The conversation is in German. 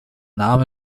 name